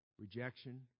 rejection